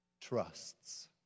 trusts